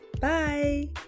Bye